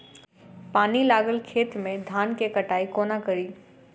पानि लागल खेत मे धान केँ कटाई कोना कड़ी?